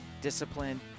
discipline